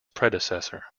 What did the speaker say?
predecessor